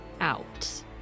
out